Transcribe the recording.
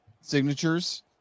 signatures